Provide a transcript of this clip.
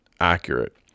accurate